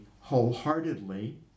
wholeheartedly